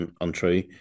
untrue